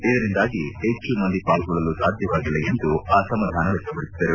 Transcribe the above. ಇದರಿಂದಾಗಿ ಹೆಚ್ಚು ಮಂದಿ ಪಾಲ್ಗೊಳ್ಳಲು ಸಾಧ್ಯವಾಗಿಲ್ಲ ಎಂದು ಅಸಮಾಧಾನ ವ್ವಕ್ತಪಡಿಸಿದರು